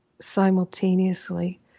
simultaneously